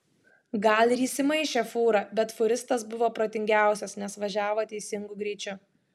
gal ir įsimaišė fūra bet fūristas buvo protingiausias nes važiavo teisingu greičiu